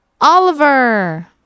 Oliver